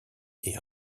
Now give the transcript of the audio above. est